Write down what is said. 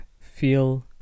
feel